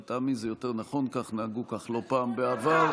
לטעמי זה יותר נכון, כך נהגו לא פעם בעבר.